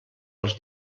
els